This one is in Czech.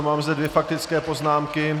Mám zde dvě faktické poznámky.